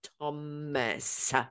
Thomas